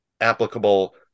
applicable